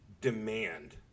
demand